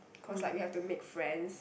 cause like we have to make friends